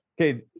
Okay